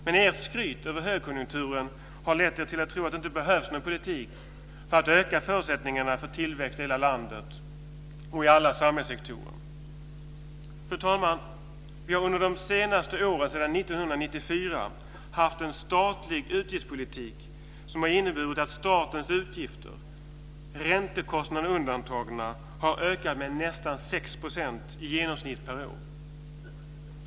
Men ert skryt över högkonjunkturen har lett er till att tro att det inte behövs någon politik för att öka förutsättningarna för tillväxt i hela landet och i alla samhällssektorer. Fru talman! Vi har under de senaste åren sedan 1994 haft en statlig utgiftspolitik som har inneburit att statens utgifter, räntekostnader undantagna, har ökat med nästan 6 % i genomsnitt per år.